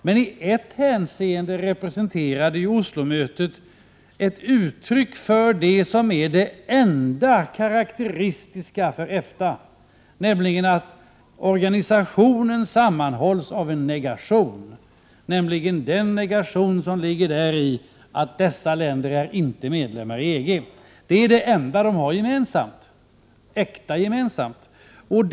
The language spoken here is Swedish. Men i ett hänseende representerade Oslomötet det som är det enda karakteristiska för EFTA — dvs. att organisationen sammanhålls av en negation, nämligen den att länderna i fråga inte är medlemmar i EG. Detta är alltså det enda som länderna har gemensamt — äkta gemensamt skulle jag vilja säga.